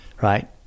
right